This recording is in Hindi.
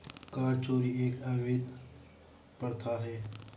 कर चोरी एक अवैध प्रथा है